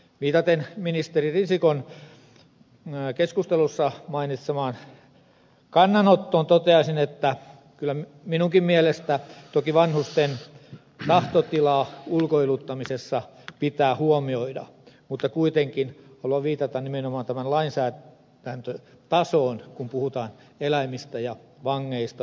viitaten ministeri risikon keskustelussa mainitsemaan kannanottoon toteaisin että kyllä minunkin mielestäni toki vanhusten tahtotila ulkoiluttamisessa pitää huomioida mutta kuitenkin haluan viitata nimenomaan lainsäädäntötasoon kun puhutaan eläimistä ja vangeista ulkoiluttamisen suhteen